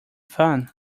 fun